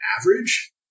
average